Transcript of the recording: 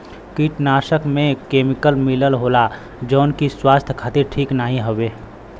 कीटनाशक में केमिकल मिलल होला जौन की स्वास्थ्य खातिर ठीक नाहीं हउवे